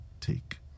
take